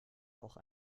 auch